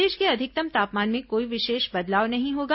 प्रदेश के अधिकतम तापमान में कोई विशेष बदलाव नहीं होगा